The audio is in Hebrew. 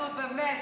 נו, באמת.